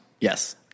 Yes